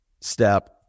step